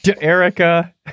Erica